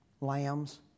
Lambs